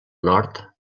nord